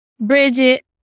Bridget